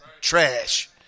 trash